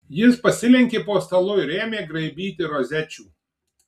jis pasilenkė po stalu ir ėmė graibyti rozečių